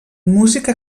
música